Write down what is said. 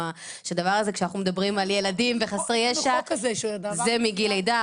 כשאנחנו מדברים על ילדים וחסרי ישע זה מגיל לידה,